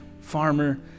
farmer